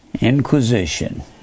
Inquisition